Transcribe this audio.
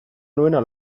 nuena